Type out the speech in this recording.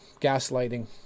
gaslighting